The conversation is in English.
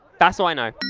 that's all i know.